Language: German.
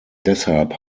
deshalb